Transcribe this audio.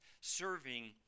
serving